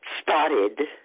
spotted